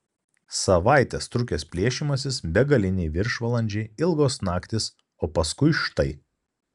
savaites trukęs plėšymasis begaliniai viršvalandžiai ilgos naktys o paskui štai